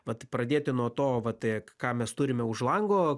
vat pradėti nuo to va tai ką mes turime už lango